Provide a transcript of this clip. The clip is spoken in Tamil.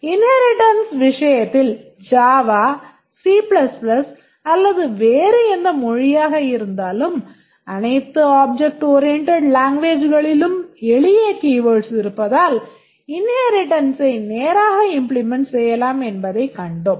இன்ஹேரிட்டன்ஸ் விஷயத்தில் ஜாவா சி அல்லது வேறு எந்த மொழியாக இருந்தாலும் அனைத்து object oriented languagesகளிலும் எளிய keywords இருப்பதால் inheritance ஐ நேராக implement செய்யலாம் என்பதைக் கண்டோம்